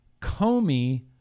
Comey